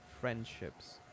friendships